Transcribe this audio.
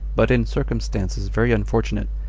but in circumstances very unfortunate,